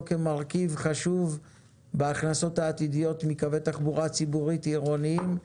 כמרכיב חשוב בהכנסות העתידיות מקווי תחבורה ציבורית עירוניים.